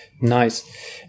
Nice